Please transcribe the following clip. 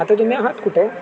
आता तुम्ही आहात कुठे